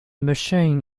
machine